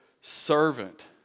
servant